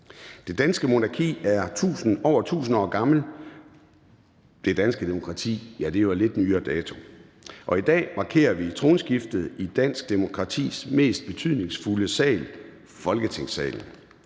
Det danske monarki er over 1.000 år gammelt. Det danske demokrati er jo af lidt nyere dato. I dag markerer vi tronskiftet i dansk demokratis mest betydningsfulde sal, Folketingssalen.